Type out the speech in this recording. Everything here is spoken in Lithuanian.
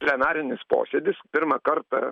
plenarinis posėdis pirmą kartą